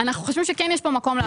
אנחנו חושבים שכן יש כאן מקום לכך.